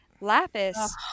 Lapis